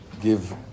give